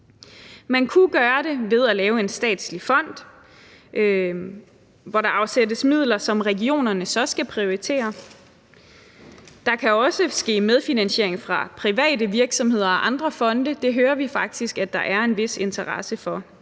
Man kunne gøre det ved at lave en statslig fond, hvor der afsættes midler, som regionerne så skal prioritere. Der kan også ske medfinansiering fra private virksomheder og andre fonde, og det hører vi faktisk at der er en vis interesse for.